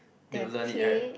they'll learn it right